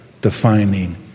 defining